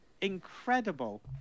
incredible